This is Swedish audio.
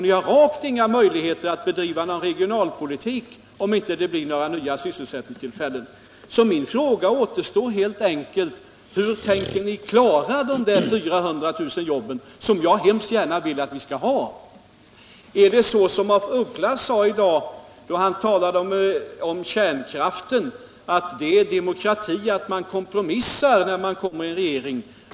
Ni har rakt inga möjligheter att bedriva någon regionalpolitik, om det inte blir några nya sysselsättningstillfällen. Därför kvarstår helt enkelt min fråga, hur ni tänker klara de 400 000 nya jobb som också jag mycket gärna vill att vi skall få. Är det på samma sätt här som beträffande kärnkraften, där herr af Ugglas tidigare i dag menade att det är demokrati att kompromissa när man kommer i regeringsställning?